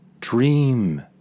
Dream